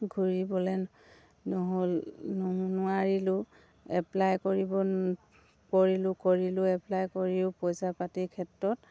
ঘূৰিবলৈ নহ'ল নোৱাৰিলোঁ এপ্লাই কৰিব কৰিলোঁ কৰিলোঁ এপ্লাই কৰিও পইচা পাতিৰ ক্ষেত্ৰত